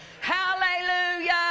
Hallelujah